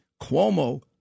Cuomo